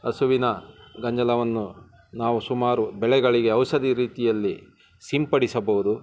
ಹಸುವಿನ ಗಂಜಲವನ್ನು ನಾವು ಸುಮಾರು ಬೆಳೆಗಳಿಗೆ ಔಷಧಿ ರೀತಿಯಲ್ಲಿ ಸಿಂಪಡಿಸಬೋದು